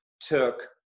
took